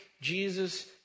Jesus